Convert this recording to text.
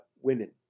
women